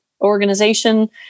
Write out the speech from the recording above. organization